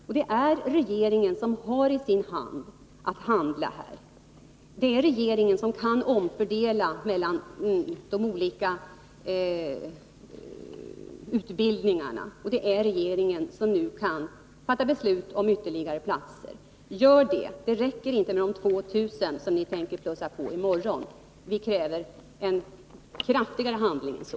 Och det är regeringen som i sin hand har makten att här handla. Det är regeringen som kan omfördela mellan de olika utbildningarna. Det är regeringen som nu kan fatta beslut om ytterligare platser. Gör det! Det räcker inte med de 2 000 platser som ni tänker plussa på i morgon. Vi kräver en mer kraftfull handling än så.